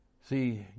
see